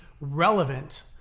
relevant